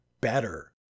better